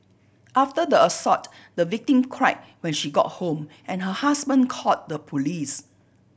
after the assault the victim cried when she got home and her husband called the police